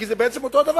כי זה בעצם אותו הדבר.